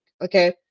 okay